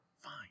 fine